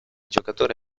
giocatori